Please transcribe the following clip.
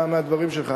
מהדברים שלך.